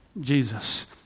Jesus